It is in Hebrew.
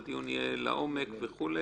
והדיון יהיה לעומק וכו'.